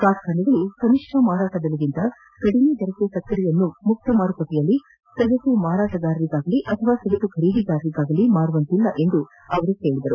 ಕಾರ್ಖಾನೆಗಳು ಕನಿಷ್ಟ ಮಾರಾಟ ಬೆಲೆಗಿಂತ ಕಡಿಮೆ ದರಕ್ಕೆ ಸಕ್ಕರೆಯನ್ನು ಮುಕ್ತ ಮಾರುಕಟ್ಟೆಯಲ್ಲಿ ಸಗಟು ಮಾರಾಟಗಾರರಿಗಾಗಲೀ ಅಥವಾ ಸಗಟು ಖರೀದಿದಾರರಿಗಾಗಲೇ ಮಾರುವಂತಿಲ್ಲ ಎಂದು ಅವರು ಹೇಳಿದರು